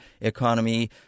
economy